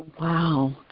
Wow